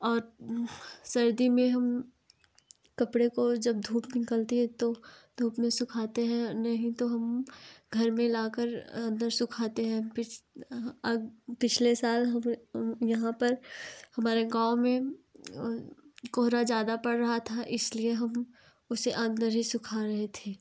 और सर्दी में हम कपड़े को जब धूप निकलती है तो धूप में सुखाते हैं नहीं तो हम घर में लाकर अंदर सुखाते हैं पिछले साल यहाँ पर हमारे गाँव में कोहरा ज़्यादा पड़ रहा था इसलिए हम उसे अंदर ही सुखा रहे थे